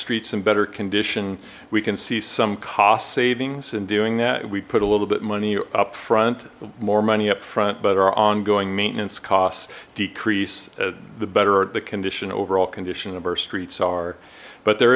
streets in better condition we can see some cost savings and doing that we put a little bit money upfront more money upfront but our ongoing maintenance costs decrease the better or the condition overall condition of our streets are but there